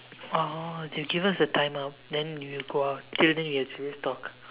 oh they give us a timer then you go out till then you have to just talk